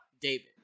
David